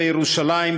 בירושלים,